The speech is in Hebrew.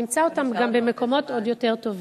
נמצא אותן גם במקומות עוד יותר טובים.